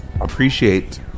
appreciate